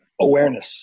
awareness